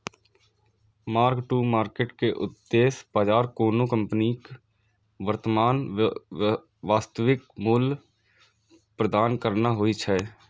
mark to market के उद्देश्य बाजार कोनो कंपनीक वर्तमान वास्तविक मूल्य प्रदान करना होइ छै